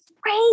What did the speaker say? great